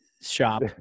shop